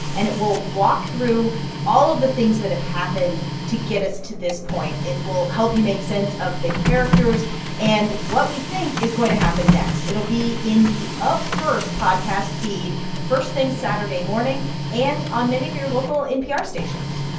and it will walk through all of the things that have happened to get us to this point. it will help you make sense of the characters and what we think is going to happen next. next. it'll be in the up first podcast feed first thing saturday morning and on many of your local npr stations.